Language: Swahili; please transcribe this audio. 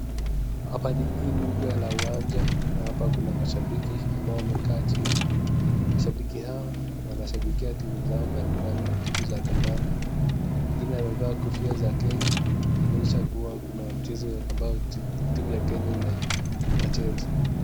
Hapa ni unuga la uwanja na hapa kuna mashabiki wamekaa chini, mashabiki hao wanashabikia timu zao mbalimbali timu za kandanda. Ingine amevaa kofia za Kenya kuonyesha kua kuna mchezo ambao timu ya Kenya inacheza.